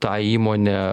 tą įmonę